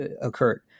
occurred